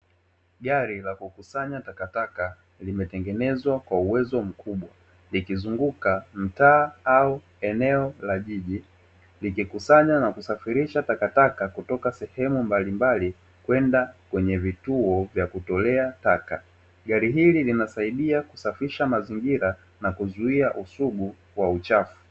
Gari la kukusanya takataka limetengenezwa kwa uwezo mkubwa, likizunguka mtaa au eneo la jiji likikusanya na kusafirisha takataka kutoka sehemu mbalimbali, kwenda kwenye vituo vya kutolea taka gari hili linasaidia kusafisha mazingira na kuzuia usugu wa uchafu.